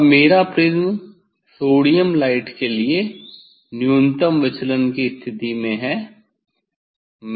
अब मेरा prism sodium light के लिए न्यूनतम विचलन की स्थिति में है